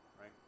right